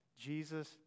Jesus